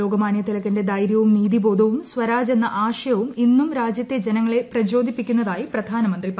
ലോകമാനൃ തിലകിന്റെ ധൈര്യവും നീതിബോധവും സ്വരാജ് എന്ന ആശയവും ഇന്നും രാജ്യത്തെ ജനങ്ങളെ പ്രചോദിപ്പിക്കുന്നതായി പ്രധാനമന്ത്രി പറഞ്ഞു